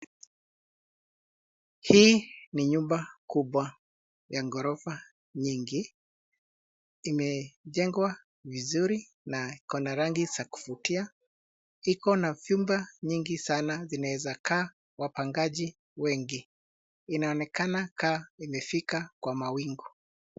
Hii ni nyumba kubwa ya gorofa nyingi. Imejengwa vizuri na iko na rangi za kuvutia. Iko na vyumba nyingi sana zinaweza kaa wapangaji wengi. Inaonekana ka imefika kwa mawingu.